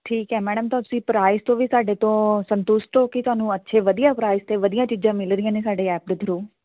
ਠੀਕ ਹੈ ਮੈਡਮ ਤਾਂ ਤੁਸੀਂ ਪ੍ਰਾਈਸ ਤੋਂ ਵੀ ਸਾਡੇ ਤੋਂ ਸੰਤੁਸ਼ਟ ਹੋ ਕਿ ਤੁਹਾਨੂੰ ਅੱਛੇ ਵਧੀਆ ਪ੍ਰਾਈਸ 'ਤੇ ਵਧੀਆ ਚੀਜ਼ਾਂ ਮਿਲ ਰਹੀਆਂ ਨੇ ਸਾਡੇ ਐਪ ਦੇ ਥਰੂ